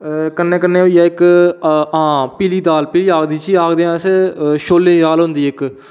कन्नै कन्नै होई गे इक्क आं पीली दाल जिसी आखदे अस छोलें दी दाल होंदी इक्क